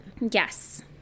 Yes